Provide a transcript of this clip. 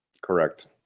Correct